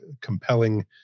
compelling